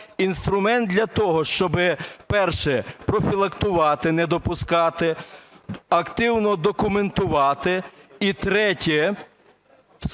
Інструмент для того, щоб, перше – профілактувати, не допускати, активно документувати, і третє